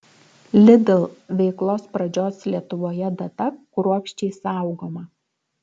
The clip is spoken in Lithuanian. lidl veiklos pradžios lietuvoje data kruopščiai saugoma